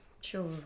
Sure